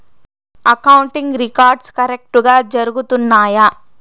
accounting records కరెక్టుగా జరుగుతున్నాయా